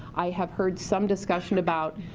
i have heard some discussion about,